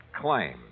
claim